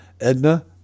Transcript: Edna